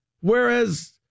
Whereas